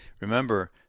Remember